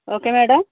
okay madam